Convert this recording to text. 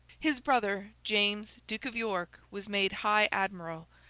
his brother james, duke of york, was made high admiral,